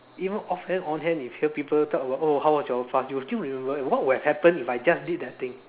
you know off hand on hand you hear people talk about oh how was your past you'll still remember eh what would've happened if I just did that thing